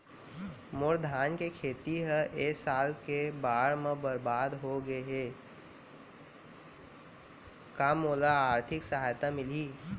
मोर धान के खेती ह ए साल के बाढ़ म बरबाद हो गे हे का मोला आर्थिक सहायता मिलही?